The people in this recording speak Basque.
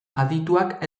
adituak